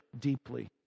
deeply